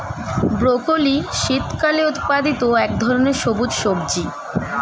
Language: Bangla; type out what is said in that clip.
ব্রকলি শীতকালে উৎপাদিত এক ধরনের সবুজ সবজি